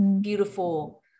Beautiful